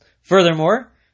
Furthermore